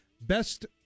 Best